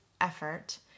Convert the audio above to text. effort